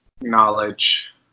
knowledge